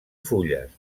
fulles